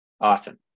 Awesome